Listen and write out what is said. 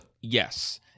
Yes